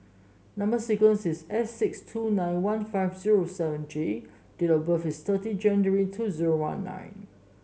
number sequence is S six two nine one five zero seven J and date of birth is thirty January two zero one nine